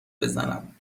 بزنم